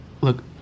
Look